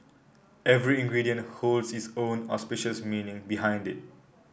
every ingredient holds its own auspicious meaning behind it